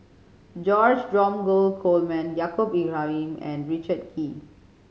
George Dromgold Coleman Yaacob Ibrahim and Richard Kee